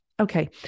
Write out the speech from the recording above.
Okay